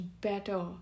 better